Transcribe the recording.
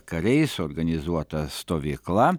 kariais organizuota stovykla